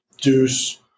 Deuce